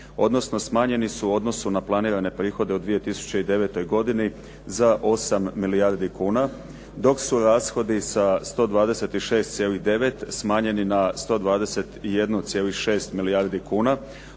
odnosno smanjeni su u odnosu na planirane prihode u 2009. godini za 8 milijardi kuna, dok su rashodi sa 126,9 smanjeni na 121,6 milijardi kuna,